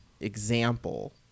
example